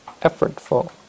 effortful